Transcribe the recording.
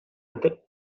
ote